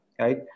right